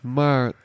maar